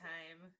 Time